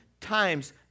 times